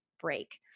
break